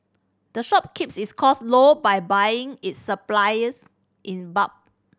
the shop keeps its cost low by buying its supplies in bulk